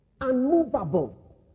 unmovable